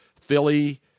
Philly